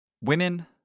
women